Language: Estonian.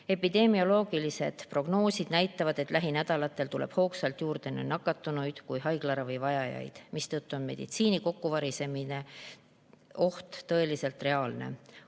Epidemioloogilised prognoosid näitavad, et lähinädalatel tuleb hoogsalt juurde nii nakatunuid kui haiglaravi vajajaid, mistõttu on meditsiinisüsteemi kokkuvarisemine täiesti reaalne